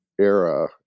era